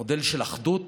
מודל של אחדות,